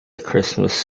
christmas